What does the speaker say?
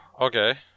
Okay